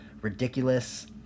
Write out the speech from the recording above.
ridiculous